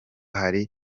hari